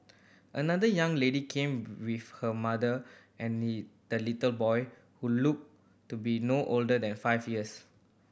another young lady came with her mother and the little boy who look to be no older than five years